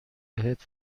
بهت